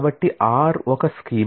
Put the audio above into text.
కాబట్టి R ఒక schema